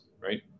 right